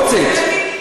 לא הוצאת.